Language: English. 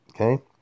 okay